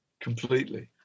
Completely